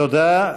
תודה.